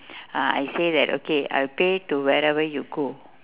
uh I say that okay I'll pay to wherever you go